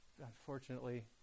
Unfortunately